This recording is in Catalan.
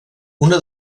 una